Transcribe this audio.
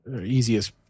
easiest